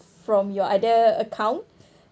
from your other account